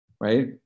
right